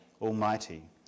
Almighty